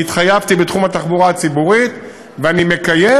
אני התחייבתי בתחום התחבורה הציבורית, ואני מקיים.